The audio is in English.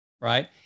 right